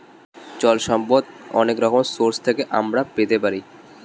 জল সম্পদ অনেক রকম সোর্স থেকে আমরা পেতে পারি